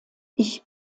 ich